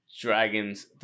dragons